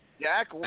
Jack